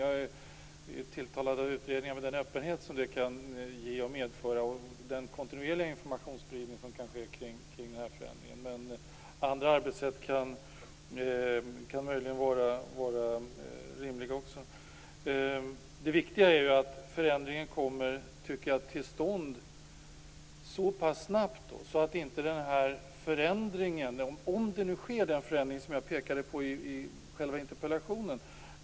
Jag är tilltalad av utredningar, med den öppenhet som de kan medföra och den kontinuerliga informationsspridning som kan ske kring förändringen. Men andra arbetssätt kan möjligen också vara rimliga. Det viktiga är att en förändring kommer till stånd snabbt, om det nu sker en sådan förändring som jag pekade på i interpellationen.